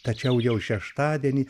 tačiau jau šeštadienį